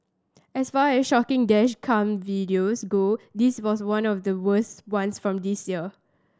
as far as shocking dash cam videos go this was one of the worst ones from this year